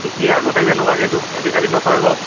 সি আগতে যেনেকুৱা গেজু কৰে আজিকালি নকৰে বাৰু